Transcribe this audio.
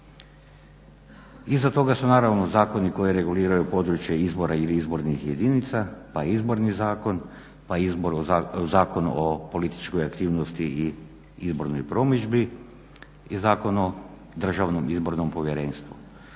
Iza toga su naravno zakoni koji reguliraju područje izbora ili izbornih jedinica pa Izborni zakon, pa Zakon o političkoj aktivnosti i izbornoj promidžbi i Zakon o Državnom izbornom povjerenstvu.